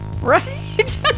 Right